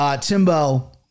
Timbo